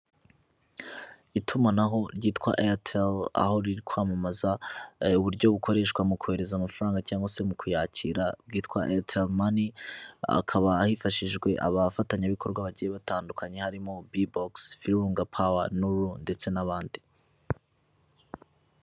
Itumanaho ryitwa Airtel; aho riri kwamamaza ayo uburyo bukoreshwa mu kohereza amafaranga cyangwa se mu kuyakira bwitwa Airtel money, hakaba hifashishijwe abafatanyabikorwa bagiye batandukanye harimo Bibox, Village power, Nuru ndetse n'abandi.